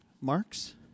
marks